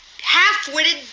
Half-witted